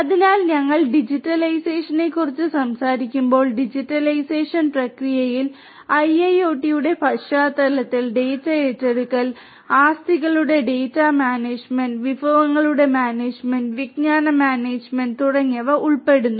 അതിനാൽ ഞങ്ങൾ ഡിജിറ്റലൈസേഷനെക്കുറിച്ച് സംസാരിക്കുമ്പോൾ ഡിജിറ്റൈസേഷൻ പ്രക്രിയയിൽ ഐഐഒടിയുടെ പശ്ചാത്തലത്തിൽ ഡാറ്റ ഏറ്റെടുക്കൽ ആസ്തികളുടെ ഡാറ്റ മാനേജ്മെന്റ് വിഭവങ്ങളുടെ മാനേജ്മെന്റ് വിജ്ഞാന മാനേജ്മെന്റ് തുടങ്ങിയവ ഉൾപ്പെടുന്നു